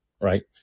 right